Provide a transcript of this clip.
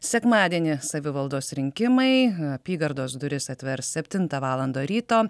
sekmadienį savivaldos rinkimai apygardos duris atvers septintą valandą ryto